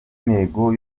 intego